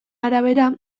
arabera